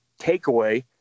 takeaway